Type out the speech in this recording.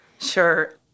Sure